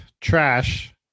trash